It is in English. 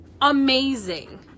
amazing